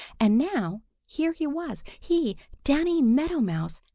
and now here he was, he, danny meadow mouse,